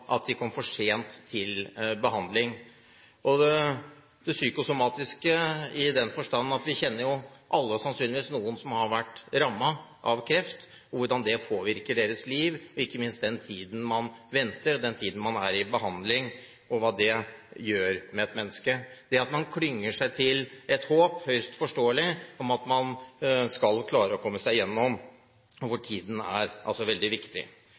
at de kom for sent til behandling, og det psykosomatiske aspektet er viktig i den forstand at vi alle sannsynligvis kjenner noen som har vært rammet av kreft, og vet hvordan det påvirker deres liv – ikke minst når det gjelder den tiden man venter, den tiden man er i behandling, hva det gjør med et menneske, og det at man, høyst forståelig, klynger seg til et håp om at man skal klare å komme seg gjennom. Da er tiden veldig viktig.